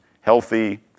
healthy